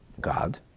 God